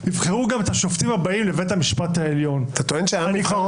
הוא המשיך ואמר